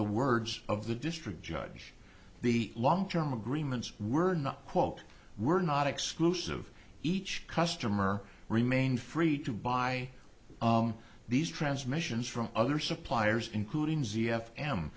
the words of the district judge the long term agreements were not quote were not exclusive each customer remained free to buy on these transmissions from other suppliers including z f m